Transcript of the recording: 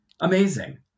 amazing